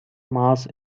mass